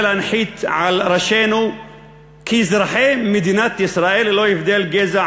להנחית על ראשינו כאזרחי מדינת ישראל ללא הבדל גזע,